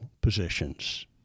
positions